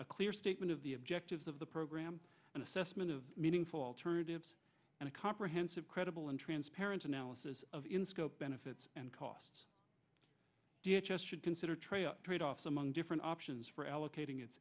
a clear statement of the objectives of the program and assessment of meaningful alternatives and a comprehensive credible and transparent analysis of in scope benefits and costs should consider trail tradeoffs among different options for allocating it